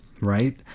right